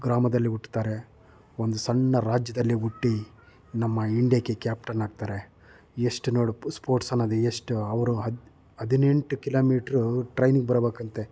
ಗ್ರಾಮದಲ್ಲಿ ಹುಟ್ತಾರೆ ಒಂದು ಸಣ್ಣ ರಾಜ್ಯದಲ್ಲಿ ಹುಟ್ಟಿ ನಮ್ಮ ಇಂಡಿಯಾಕ್ಕೆ ಕ್ಯಾಪ್ಟನಾಗ್ತಾರೆ ಎಷ್ಟು ನೋಡು ಪು ಸ್ಪೋರ್ಟ್ಸ್ ಅನ್ನೋದು ಎಷ್ಟು ಅವರು ಹದ್ ಹದಿನೆಂಟು ಕಿಲೋಮೀಟ್ರು ಟ್ರೈನಿಗೆ ಬರಬೇಕಂತೆ